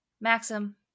Maxim